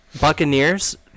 Buccaneers